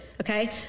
okay